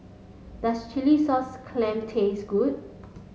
does Chilli Sauce Clam taste good